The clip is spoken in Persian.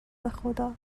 بخدا